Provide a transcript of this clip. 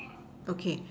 okay